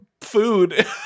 food